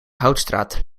houtstraat